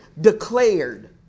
declared